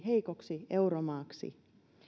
heikoksi euromaaksi